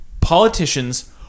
politicians